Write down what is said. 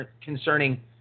concerning